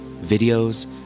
videos